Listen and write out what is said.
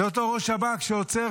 זה אותו ראש שב"כ שעוצר,